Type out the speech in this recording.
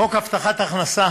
חוק הבטחת הכנסה